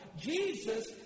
Jesus